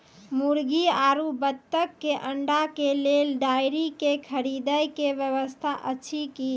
मुर्गी आरु बत्तक के अंडा के लेल डेयरी के खरीदे के व्यवस्था अछि कि?